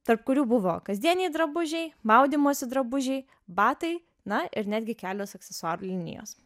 tarp kurių buvo kasdieniai drabužiai maudymosi drabužiai batai na ir netgi kelios aksesuarų linijos